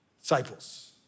disciples